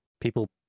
people